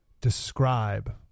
describe